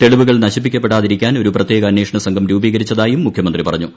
തെളിവുകൾ നശിപ്പിക്കപ്പെടാതിരിക്കാൻ ഒരു പ്രത്യേക അന്വേഷണസംഘം രൂപീക്രിച്ചതായും മുഖ്യമന്ത്രി പറഞ്ഞു